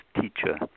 teacher